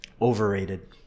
overrated